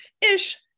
Ish